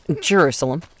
Jerusalem